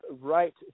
right